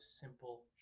simple